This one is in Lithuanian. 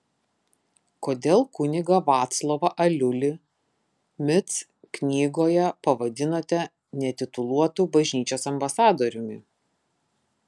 kodėl kunigą vaclovą aliulį mic knygoje pavadinote netituluotu bažnyčios ambasadoriumi